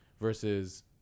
versus